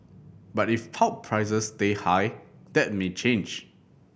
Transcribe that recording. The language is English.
but if pulp prices stay high that may change